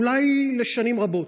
אולי לשנים רבות.